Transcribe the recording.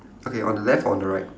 okay on the left or on the right